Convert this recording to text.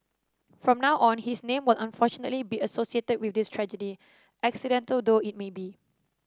from now on his name will unfortunately be associated with this tragedy accidental though it may be